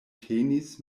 tenis